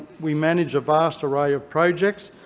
we manage a vast array of projects.